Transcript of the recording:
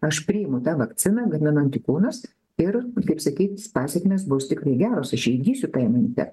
aš priimu tą vakciną gaminu antikūnus ir kaip sakyti pasekmės bus tikrai geros aš įgysiu tą imunitetą